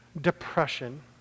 depression